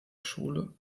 schule